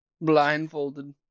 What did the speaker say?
Blindfolded